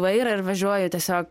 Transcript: vairą ir važiuoju tiesiog